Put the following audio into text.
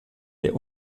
der